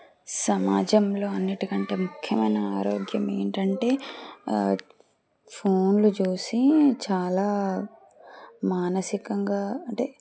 సమాజంలో అన్నిటికంటే ముఖ్యమైన ఆరోగ్యం ఏంటంటే ఫోన్లు చూసి చాలా మానసికంగా అంటే